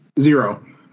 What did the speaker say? Zero